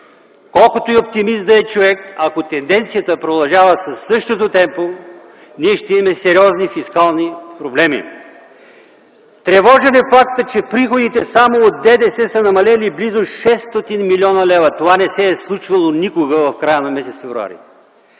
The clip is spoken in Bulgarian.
Колкото и оптимист да е човек, ако тенденцията продължава със същото темпо, ние ще имаме сериозни фискални проблеми. Тревожен е фактът, че приходите само от ДДС са намалели близо 600 млн. лв. Това не се е случвало никога в края на м. февруари.